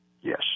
Yes